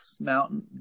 Mountain